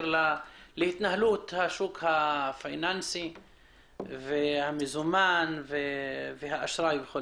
להתנהלות השוק הפיננסי והמזומן והאשראי.